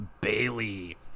Bailey